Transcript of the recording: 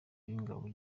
w’ingabo